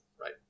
right